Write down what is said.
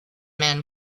men